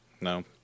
No